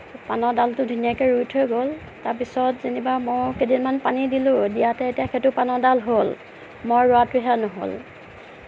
পাণৰ ডালটো ধুনীয়াকে ৰুই থৈ গ'ল তাৰপিছত যেনিবা মইও কেইদিনমান পানী দিলোঁ দিয়াতে এতিয়া সেইটো পাণৰ ডাল হ'ল মই ৰুৱাটোহে নহ'ল